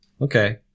Okay